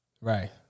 Right